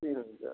तीन हज़ार